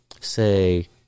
say